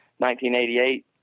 1988